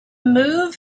move